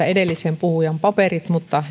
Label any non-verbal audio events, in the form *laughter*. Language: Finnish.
*unintelligible* edellisen puhujan paperit mutta